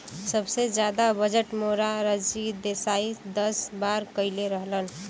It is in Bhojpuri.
सबसे जादा बजट मोरारजी देसाई दस बार कईले रहलन